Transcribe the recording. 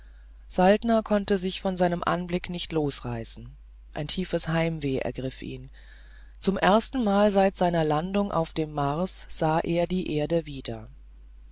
saltner konnte sich von seinem anblick nicht losreißen ein tiefes heimweh ergriff ihn zum erstenmal seit seiner landung auf dem mars sah er die erde wieder